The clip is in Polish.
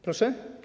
Proszę?